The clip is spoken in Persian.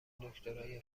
دکترای